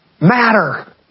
matter